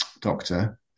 doctor